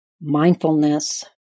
mindfulness